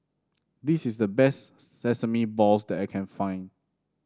this is the best Sesame Balls that I can find